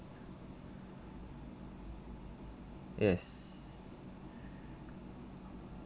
yes